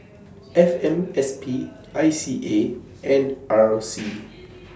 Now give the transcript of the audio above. F M S P I C A and R C